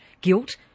Guilt